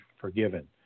forgiven